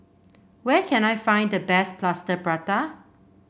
where can I find the best Plaster Prata